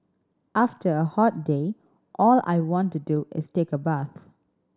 after a hot day all I want to do is take a bath